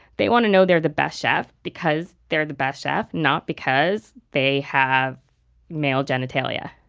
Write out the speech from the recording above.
they want to know they're the best chef because they're the best chef, not because they have male genitalia